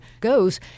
goes